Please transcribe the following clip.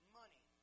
money